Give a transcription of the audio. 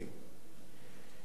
יותר מזה, נכון לומר